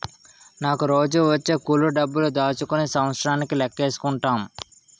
నాకు రోజూ వచ్చే కూలి డబ్బులు దాచుకుని సంవత్సరానికి లెక్కేసుకుంటాం